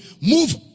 Move